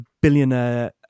billionaire